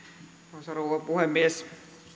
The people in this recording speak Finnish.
arvoisa rouva puhemies